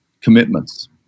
commitments